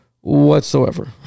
whatsoever